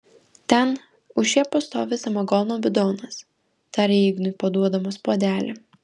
ten už šėpos stovi samagono bidonas tarė ignui paduodamas puodelį